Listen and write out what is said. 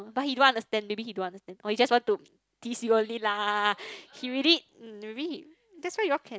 but he don't understand maybe he don't understand or he just want to tease you only lah he already mm really that's why you all can